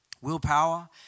Willpower